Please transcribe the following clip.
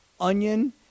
onion